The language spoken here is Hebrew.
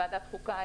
לוועדת החוקה,